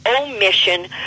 omission